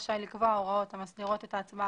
רשאי לקבוע הוראות המסדירות את ההצבעה